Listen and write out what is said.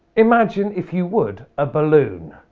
imagine, if you would, a balloon.